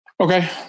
Okay